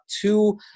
two